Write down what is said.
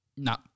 No